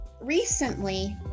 recently